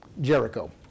Jericho